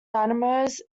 dynamos